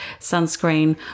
sunscreen